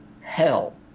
hell